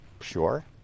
Sure